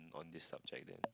on this subject that